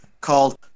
called